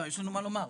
יש לנו מה לומר.